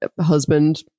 husband